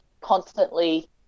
Constantly